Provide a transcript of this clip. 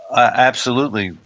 absolutely,